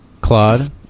Claude